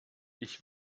ich